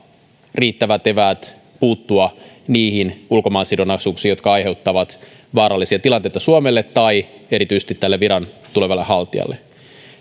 riittävät eväät puuttua niihin ulkomaansidonnaisuuksiin jotka aiheuttavat vaarallisia tilanteita suomelle tai erityisesti tälle viran tulevalle haltijalle